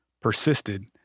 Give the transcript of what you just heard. persisted